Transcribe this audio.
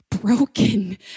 broken